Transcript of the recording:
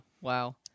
wow